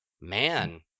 man